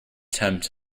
tempt